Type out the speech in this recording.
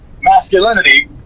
masculinity